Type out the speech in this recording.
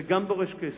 זה דורש כסף,